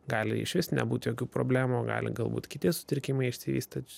gali išvis nebūti jokių problemų o gali galbūt kiti sutrikimai išsivystyt